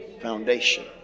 foundation